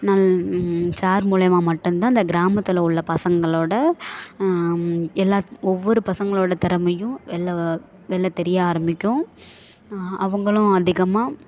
நல் சார் மூலமா மட்டுந்தான் அந்த கிராமத்தில் உள்ள பசங்களோடய எல்லா ஒவ்வொரு பசங்களோடய திறமையும் வெளில வெளில தெரிய ஆரம்பிக்கும் அவங்களும் அதிகமாக